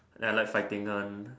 and then I like fighting one